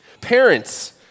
Parents